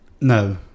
No